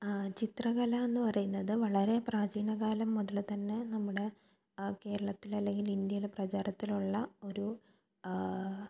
ചിത്രകല എന്ന് പറയുന്നത് വളരെ പ്രാചീന കാലം മുതല് തന്നെ നമ്മുടെ കേരളത്തിലല്ലെങ്കിൽ ഇൻഡ്യയില് പ്രചാരത്തിലുള്ള ഒരു